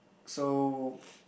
so